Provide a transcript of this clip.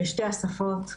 בשתי השפות.